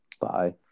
Bye